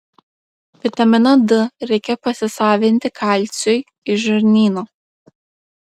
vitamino d reikia pasisavinti kalciui iš žarnyno